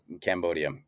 Cambodia